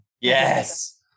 Yes